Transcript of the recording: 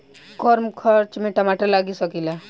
कम खर्च में टमाटर लगा सकीला?